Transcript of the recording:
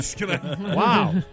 Wow